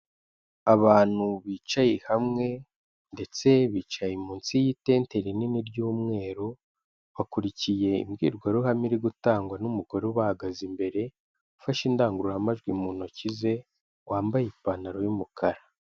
Abantu bicaye hamwe ndetse bicaye munsi y'itente rinini ry'umweru, bakurikiye imbwirwaruhame iri gutangwa n'umugore ubahagaze imbere, ufashe indangururamajwi mu ntoki ze, wambaye ipantaro y'umukara.